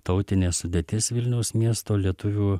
tautinė sudėtis vilniaus miesto lietuvių